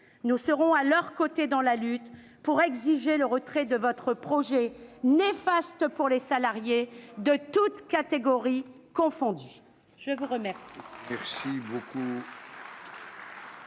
Nous serons à leurs côtés dans la lutte pour exiger le retrait de votre projet de loi néfaste pour les salariés, toutes catégories confondues